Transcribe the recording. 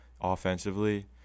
offensively